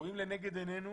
רואים לנגד עינינו